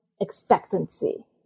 expectancy